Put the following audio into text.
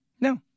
No